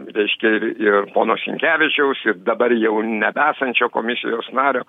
reiškia ir ir pono sinkevičiaus ir dabar jau nebe esančio komisijos nario